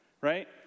Right